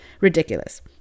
Ridiculous